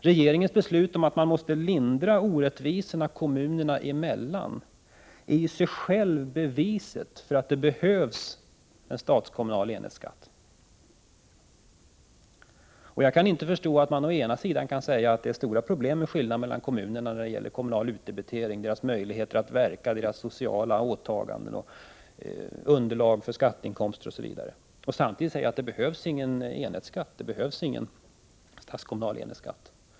Regeringens beslut att lindra orättvisorna kommunerna emellan är i sig självt beviset för att det behövs en statskommunal enhetsskatt. Jag kan inte förstå att man kan säga å ena sidan att det är stora problem med skillnaderna mellan kommunerna när det gäller kommunal utdebitering, när det gäller deras möjligheter att verka, när det gäller deras sociala åtaganden, när det gäller deras underlag för skatteinkomster, osv., och å andra sidan att det inte behövs någon stats-kommunal enhetsskatt.